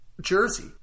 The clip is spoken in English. jersey